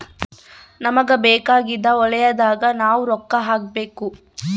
ನಮಗ ಬೇಕಾಗಿದ್ದ ವಲಯದಾಗ ನಾವ್ ರೊಕ್ಕ ಹಾಕಬೇಕು